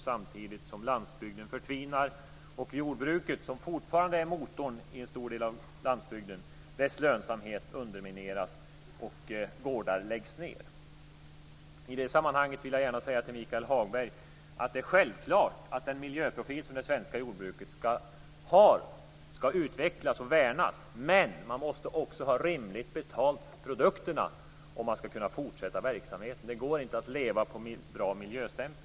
Samtidigt förtvinar landsbygden, och jordbrukets lönsamhet, som fortfarande är motorn i en stor del av landsbygden, undermineras och gårdar läggs ned. I det sammanhanget vill gärna säga till Michael Hagberg att det är självklart att den miljöprofil som det svenska jordbruket har skall utvecklas och värnas. Men man måste också har rimligt betalt för produkterna om man skall kunna fortsätta verksamheten. Det går inte att leva på bra miljöstämpel.